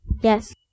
Yes